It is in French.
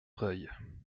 reuil